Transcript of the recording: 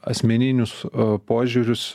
asmeninius požiūrius